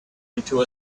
into